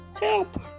Help